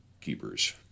keepers